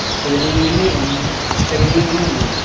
screen किन्ने दी पौनी जी स्क्रीन किन्ने पौनी